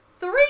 three